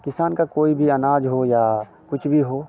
किसान का कोई भी अनाज हो या कुछ भी हो